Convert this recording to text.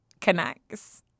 connects